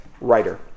writer